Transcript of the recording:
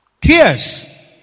Tears